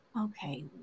okay